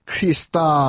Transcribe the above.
Krista